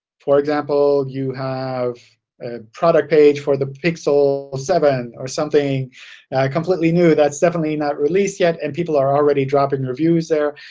for example, you have a product page for the pixel seven or something completely new that's definitely not released yet and people are already dropping reviews there.